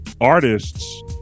artists